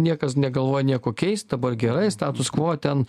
niekas negalvoja nieko keist dabar gerai status kvo ten